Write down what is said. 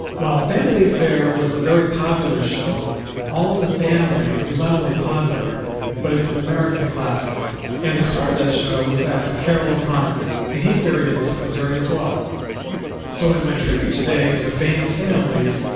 while family affair was a very popular show all in the family was not only popular but it's an american classic and the star that show was actor carroll o'connor and he's buried in the cemetery as well so in my tribute today two famous families,